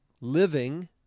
Living